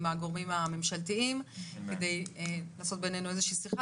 הגורמים הממשלתיים כדי לעשות בינינו איזה שהיא שיחה